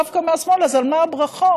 דווקא מהשמאל: אז על מה הברכות?